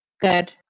good